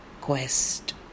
quest